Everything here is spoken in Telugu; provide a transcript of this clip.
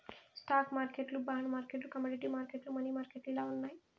స్టాక్ మార్కెట్లు బాండ్ మార్కెట్లు కమోడీటీ మార్కెట్లు, మనీ మార్కెట్లు ఇలా ఉన్నాయి